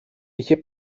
είχε